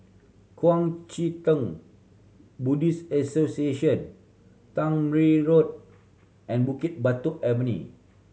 Kuang Chee Tng Buddhist Association Tangmere Road and Bukit Batok Avenue